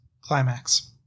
Climax